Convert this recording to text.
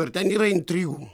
ar ten yra intrigų